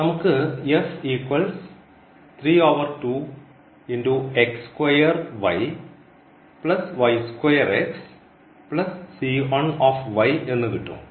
നമുക്ക് എന്ന് കിട്ടും